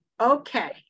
okay